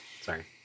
Sorry